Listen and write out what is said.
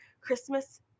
Christmas